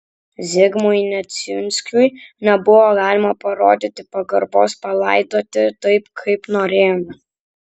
zigmui neciunskui nebuvo galima parodyti pagarbos palaidoti taip kaip norėjome